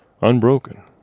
unbroken